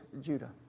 Judah